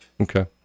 Okay